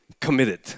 committed